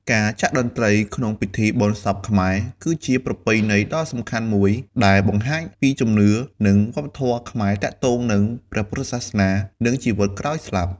ការចាក់តន្ត្រីក្នុងពិធីបុណ្យសពខ្មែរ គឺជាប្រពៃណីដ៏សំខាន់មួយ ដែលបង្ហាញពីជំនឿ និងវប្បធម៌ខ្មែរទាក់ទងនឹងព្រះពុទ្ធសាសនា និងជីវិតក្រោយស្លាប់។